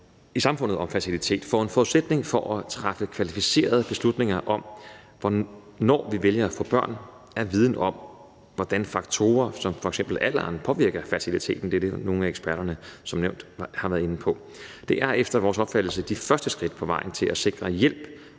i samfundet om fertilitet. For en forudsætning for at kunne træffe kvalificerede beslutninger om, hvornår vi vælger at få børn, er viden om, hvordan faktorer som f.eks. alder påvirker fertiliteten. Det er det, som nogle af eksperterne som nævnt har været inde på. Det er efter vores opfattelse de første skridt på vejen til at sikre hjælp